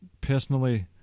personally